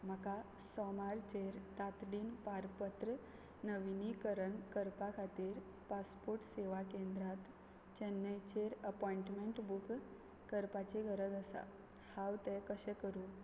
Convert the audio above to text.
म्हाका सोमारचें तातडीन पारपत्र नविनीकरन करपा खातीर पासपोर्ट सेवा केंद्रांत चेन्नयचेर अपॉयंटमँट बूक करपाची गरज आसा हांव तें कशें करूं